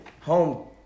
home